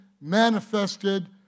manifested